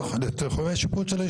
שהיו בוועדה הזאת בנוגע לשטחי שיפוט,